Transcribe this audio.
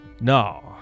No